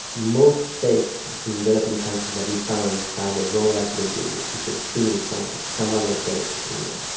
most fakes from developing countries that we found have a wrong active ingredient, it's extremely common, some other chemical in there.